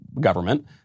Government